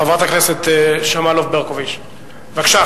חברת הכנסת יוליה שמאלוב-ברקוביץ, בבקשה.